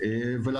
ואפשר